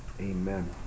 amen